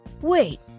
wait